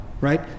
Right